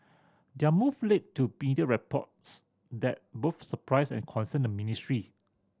their move led to reports that both surprised and concerned the ministry